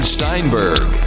Steinberg